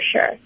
sure